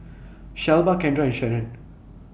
Shelba Kendra and Shannen